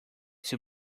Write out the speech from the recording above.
too